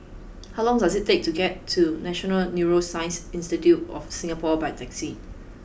how long does it take to get to National Neuroscience Institute of Singapore by taxi